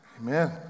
Amen